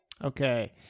Okay